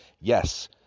Yes